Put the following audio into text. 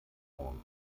morgen